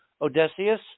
Odysseus